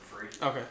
Okay